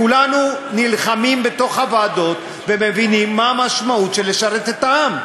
כולנו נלחמים ומבינים מה המשמעות של לשרת את העם.